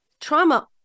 trauma